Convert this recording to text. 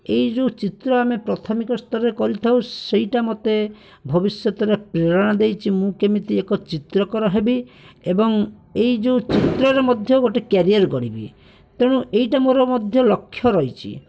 ଏହି ଯେଉଁ ଚିତ୍ର ଆମେ ପ୍ରାଥମିକ ସ୍ତରରେ କରିଥାଉ ସେଇଟା ମୋତେ ଭବିଷ୍ୟତରେ ପ୍ରେରଣା ଦେଇଛି ମୁଁ କେମିତି ଏକ ଚିତ୍ରକର ହେବି ଏବଂ ଏହି ଯେଉଁ ଚିତ୍ରରେ ମଧ୍ୟ ଗୋଟେ କେରିଅର୍ ଗଢ଼ିବି ତେଣୁ ଏଇଟା ମଧ୍ୟ ମୋର ଲକ୍ଷ୍ୟ ରହିଛି